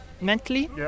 mentally